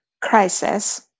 crisis